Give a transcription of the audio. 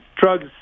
drugs